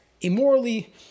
immorally